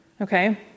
okay